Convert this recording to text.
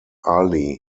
ali